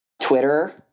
Twitter